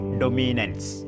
dominance